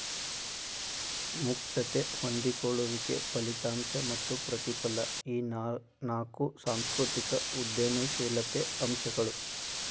ಮುಕ್ತತೆ ಹೊಂದಿಕೊಳ್ಳುವಿಕೆ ಫಲಿತಾಂಶ ಮತ್ತ ಪ್ರತಿಫಲ ಈ ನಾಕು ಸಾಂಸ್ಕೃತಿಕ ಉದ್ಯಮಶೇಲತೆ ಅಂಶಗಳು